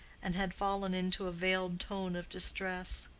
and had fallen into a veiled tone of distress.